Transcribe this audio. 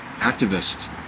activist